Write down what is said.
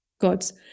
gods